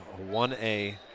1A